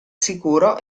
sicuro